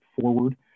forward